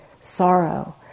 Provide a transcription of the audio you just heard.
sorrow